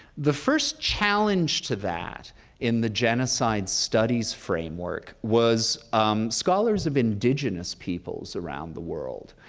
the first challenge to that in the genocide studies framework was scholars of indigenous peoples around the world.